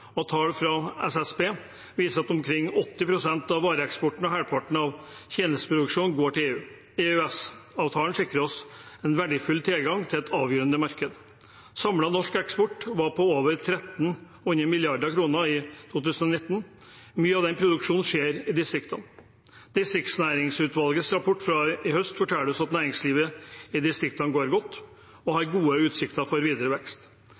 Og tall fra SSB viser at omkring 80 pst. av vareeksporten og halvparten av tjenesteproduksjonen går til EU. EØS-avtalen sikrer oss en verdifull tilgang til et avgjørende marked. Samlet norsk eksport var på over 1 300 mrd. kr i 2019. Mye av den produksjonen skjer i distriktene. Distriktsnæringsutvalgets rapport fra i høst forteller oss at næringslivet i distriktene går godt og har gode utsikter for videre